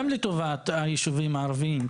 גם לטובת הישובים הערבים,